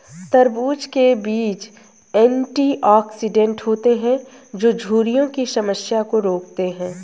तरबूज़ के बीज एंटीऑक्सीडेंट होते है जो झुर्रियों की समस्या को रोकते है